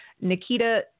nikita